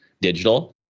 digital